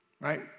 Right